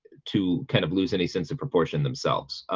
to kind of lose any sense of proportion themselves.